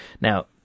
now